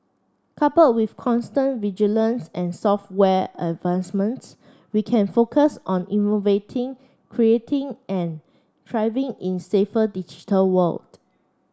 couple with constant vigilance and software advancements we can focus on innovating creating and thriving in safer digital world